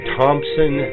Thompson